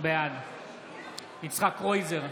בעד יצחק קרויזר,